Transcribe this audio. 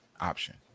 option